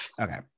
okay